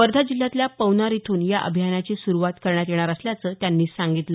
वर्धा जिल्ह्यातल्या पवनार इथून या अभियानाची सुरुवात करण्यात येणार असल्याचं त्यांनी सांगितलं